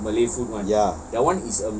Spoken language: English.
ya